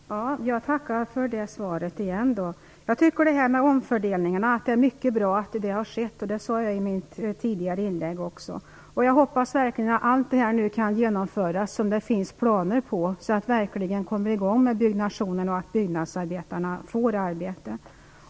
Fru talman! Jag tackar också för det svaret. Jag tycker att det är mycket bra att dessa omfördelningar har skett, vilket jag sade också i mitt tidigare inlägg. Jag hoppas verkligen att allt det som det nu finns planer för nu kommer att kunna genomföras, så att man verkligen kommer i gång med byggnationerna och så att byggnadsarbetarna får jobb.